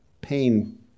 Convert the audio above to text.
pain